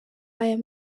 aya